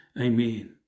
Amen